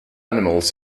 animals